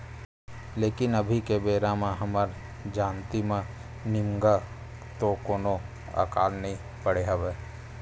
लेकिन अभी के बेरा म हमर जानती म निमगा तो कोनो अकाल नइ पड़े हवय